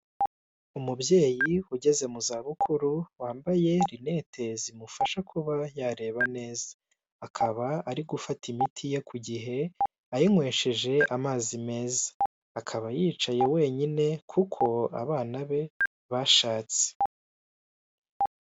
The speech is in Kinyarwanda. Umubyeyi ugeze mu za bukuru wambaye linete zimufasha kuba yareba neza. Akaba ari gufata imiti ye ku gihe ayinywesheje amazi meza, akaba yicaye wenyine kuko abana be bashatse.